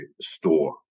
store